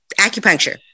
acupuncture